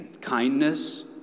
Kindness